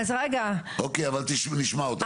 אבל נשמע אותך.